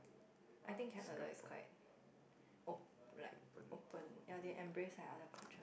Singapore be open